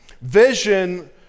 Vision